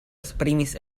esprimis